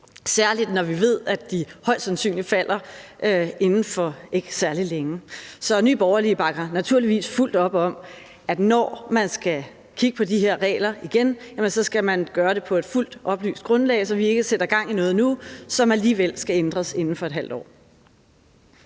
særlig når vi ved, at de højst sandsynligt falder inden for ikke særlig længe. Så Nye Borgerlige bakker naturligvis fuldt op om, at når man skal kigge på de her regler igen, skal man gøre det på et fuldt oplyst grundlag, så vi ikke sætter gang i noget nu, som alligevel skal ændres inden for et halvt år.